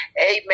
amen